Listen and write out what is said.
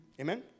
Amen